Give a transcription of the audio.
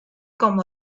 como